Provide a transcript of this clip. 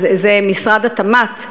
זה משרד התמ"ת,